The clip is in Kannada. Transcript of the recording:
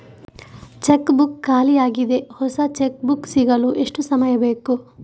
ಚೆಕ್ ಬುಕ್ ಖಾಲಿ ಯಾಗಿದೆ, ಹೊಸ ಚೆಕ್ ಬುಕ್ ಸಿಗಲು ಎಷ್ಟು ಸಮಯ ಬೇಕು?